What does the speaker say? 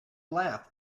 laugh